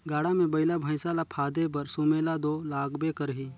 गाड़ा मे बइला भइसा ल फादे बर सुमेला दो लागबे करही